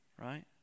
right